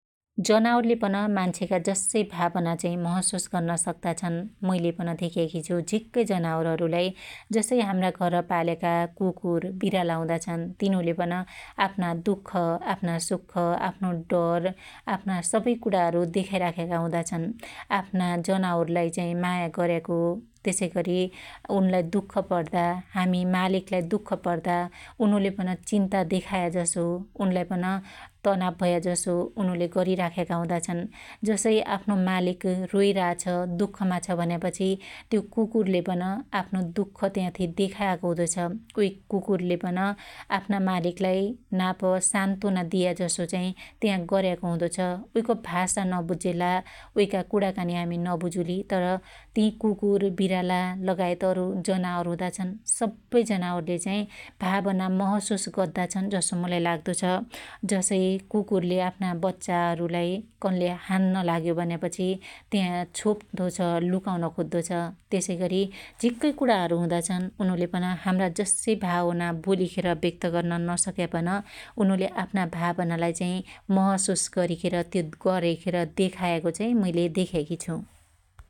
जनावरले पन मान्छेका जस्साई भावना चाहि महशुस चाहि गर्न सक्त्ता छन् । मुईलेपन धेक्याकी छु झिक्कै जनावरहरुलाई जसै हाम्रा घर पाल्याका कुकुर बिराला हुदा छन् तिनुले पन आफ्ना दुख सुख आफ्नो डर आफ्ना सबै कुणाहरु देखाई राख्याका हुदा छन् । आफ्ना जनावरलाई चाहि माया गर्याको त्यसैगरी उनलाई दुख प्रदा हामि मालिकलाई दुख प्रदा उनुले पन चिन्ता देखायाजसो ,उनलाई पन तनाव भया जसो उनुले गरीराख्याका हुदा छन् । जसै आफ्नो मालीक रुईरा छ दुखमा छ भन्यापछि त्यो कुकुरले पन आफ्नो दुख त्याथी देखायाको हुदो छ । काई कुकुरले पन आफ्ना मालिकलाई नाप सान्तुना दियाजसो चाहि त्या गर्याको हुदो छ । उईको भाषा नबुज्यला उइका कुणाकानी हामि नबुजुली तर ति कुकुर बिराला लगायत अरु जनावर हुदाछन् सब्बै जनावरले चाहि भावना महसुस गद्दा छन जसो मुलाई लाग्दो छ । जसै कुकुरले आफ्ना बच्चाहरुलाई कन्ल्यै हान्न लाग्यो भन्यापछि त्हा छोप्तो छ लुकाउन खोद्दो छ । त्यसैगरी झीक्कै कुणाहरु हुदाछन उनुले पन हाम्रा जस्साई भावना बोलीखेर व्यक्त्त गर्न नसक्यापन उनुले आफ्ना भावनालाई चाहि महशुस गरीखेर त्यो गरीखेर देखायाको चाहि मैले देख्याकी छु ।